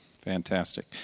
Fantastic